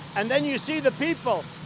and then you see the people,